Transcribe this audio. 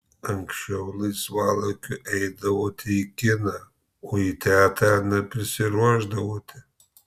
anksčiau laisvalaikiu eidavote į kiną o į teatrą neprisiruošdavote